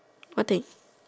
what thing